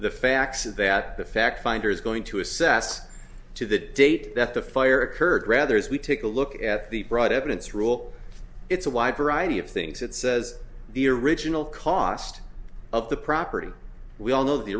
the facts is that the fact finder is going to assess to the date that the fire occurred rather as we take a look at the broad evidence rule it's a wide variety of things it says the original cost of the property we all know th